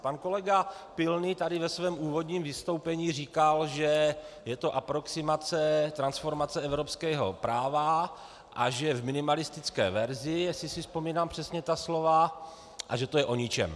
Pan kolega Pilný tady ve svém úvodním vystoupení říkal, že je to aproximace, transformace evropského práva a že je v minimalistické verzi, jestli si vzpomínám přesně na ta slova, a že to je o ničem.